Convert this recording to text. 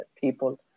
people